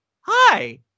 hi